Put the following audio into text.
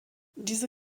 diese